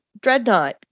Dreadnought